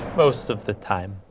most of the time.